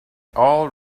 all